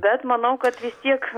bet manau kad vis tiek